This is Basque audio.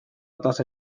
tasa